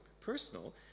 personal